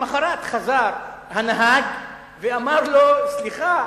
למחרת חזר הנהג ואמר לו: סליחה,